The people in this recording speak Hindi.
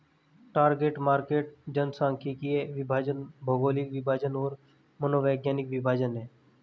टारगेट मार्केट जनसांख्यिकीय विभाजन, भौगोलिक विभाजन और मनोवैज्ञानिक विभाजन हैं